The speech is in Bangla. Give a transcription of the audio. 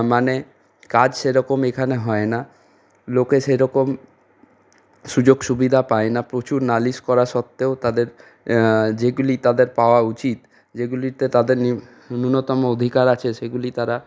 মানে কাজ সেরকম এখানে হয় না লোকে সেরকম সুযোগ সুবিধা পায় না প্রচুর নালিশ করা সত্ত্বেও তাদের যেগুলি তাদের পাওয়া উচিত যেগুলিতে তাদের ন্যূনতম অধিকার আছে সেগুলি তারা